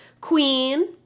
Queen